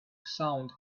sound